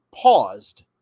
paused